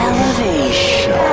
Elevation